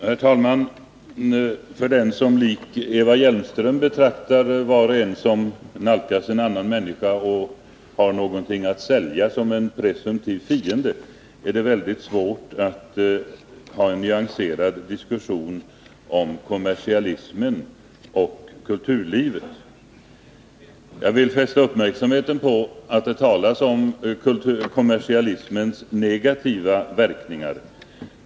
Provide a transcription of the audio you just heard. Herr talman! Med den som likt Eva Hjelmström betraktar var och en som nalkas mig och har någonting att sälja som en trolig fiende är det svårt att föra en nyanserad diskussion om kommersialismen och kulturlivet. Jag vill fästa uppmärksamheten på att det talas om kommersialismens ”negativa verkningar”.